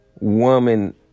woman